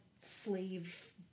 sleeve